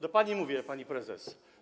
Do pani mówię, pani prezes.